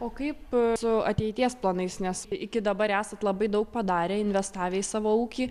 o kaip su ateities planais nes iki dabar esat labai daug padarę investavę į savo ūkį